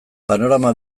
panorama